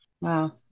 Wow